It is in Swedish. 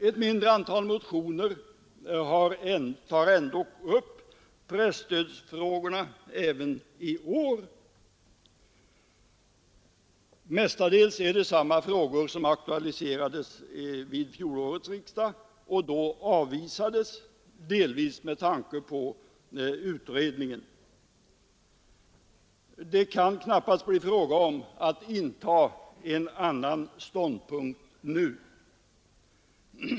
Ett mindre antal motioner tar ändock upp presstödsfrågorna även i år. Mestadels är det samma frågor som aktualiserades vid fjolårets riksdag och då avvisades, delvis med tanke på utredningen. Det kan knappast bli fråga om att inta en annan ståndpunkt nu.